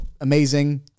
amazing